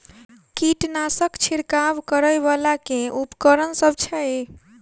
कीटनासक छिरकाब करै वला केँ उपकरण सब छै?